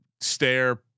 stare